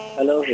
Hello